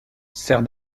sert